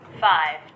Five